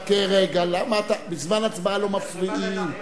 חכה רגע, בזמן הצבעה לא מפריעים.